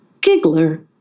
Giggler